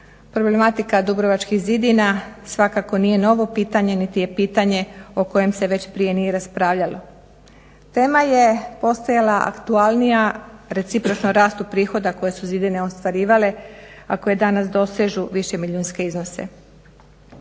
problematika dubrovačkih zidina svakako nije novo pitanje niti je pitanje o kojem se već prije nije raspravljalo. Tema je postojala aktualnija recipročno rastu prihoda koje su zidine ostvarivale a koje danas dosežu višemilijunske iznose.